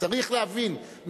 צריך להבין,